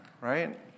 right